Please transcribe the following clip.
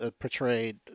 portrayed